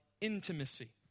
intimacy